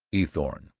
eathorne.